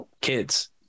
kids